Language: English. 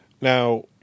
Now